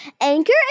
Anchor